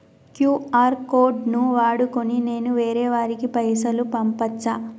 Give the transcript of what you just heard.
QR code ను వాడుకొని నేను వేరే వారికి పైసలు పంపచ్చా?